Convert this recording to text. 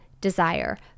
desire